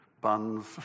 buns